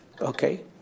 okay